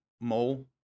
mole